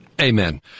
Amen